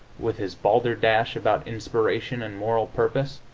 with his balderdash about inspiration and moral purpose,